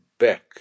back